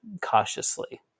cautiously